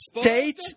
state